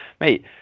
mate